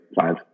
five